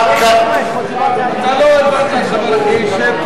אתה לא הבנת את חבר הכנסת בר-און.